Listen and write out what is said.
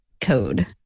code